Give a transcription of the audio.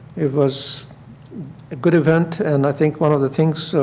it was a good event and i think one of the things so